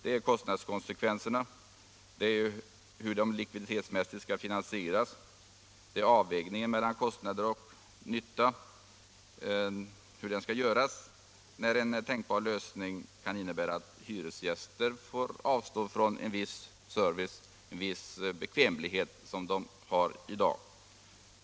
Det är kostnadskonsekvenserna, det är den likviditetsmässiga finansieringen, det är avvägningen mellan kostnader och nytta när en tänkbar lösning kan innebära att hyresgäster får avstå från en viss service, en viss bekvämlighet som de har i dag.